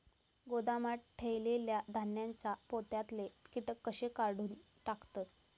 गोदामात ठेयलेल्या धान्यांच्या पोत्यातले कीटक कशे काढून टाकतत?